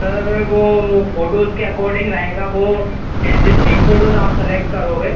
sir वह photos के according रहेगा वह चाहे जितनी फ़ोटोज़ आप सेलेक्ट करोगे